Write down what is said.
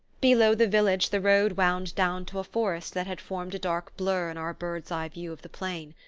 below the village the road wound down to a forest that had formed a dark blur in our bird's-eye view of the plain.